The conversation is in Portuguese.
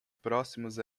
próximos